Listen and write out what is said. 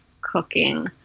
cooking